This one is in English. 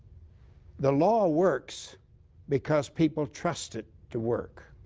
the law works because people trust it to work.